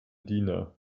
diener